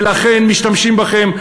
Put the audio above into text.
לכן, משתמשים בכם.